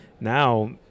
now